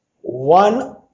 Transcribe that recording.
one